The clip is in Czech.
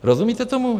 Rozumíte tomu?